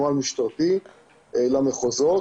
נוהל משטרתי למחוזות,